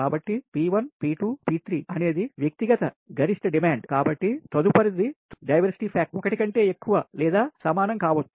కాబట్టి P1P2 P3 అనేది వ్యక్తిగత గరిష్ట డిమాండ్ సరే కాబట్టి తదుపరిది డైవర్సిటీ ఫ్యాక్టర్ ఒకటి కంటే ఎక్కువ లేదా సమానం కావచ్చు